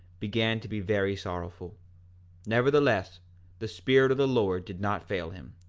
began to be very sorrowful nevertheless the spirit of the lord did not fail him.